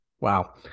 Wow